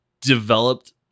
developed